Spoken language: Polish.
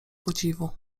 podziwu